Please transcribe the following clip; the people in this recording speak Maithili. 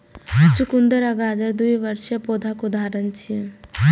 चुकंदर आ गाजर द्विवार्षिक पौधाक उदाहरण छियै